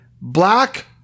black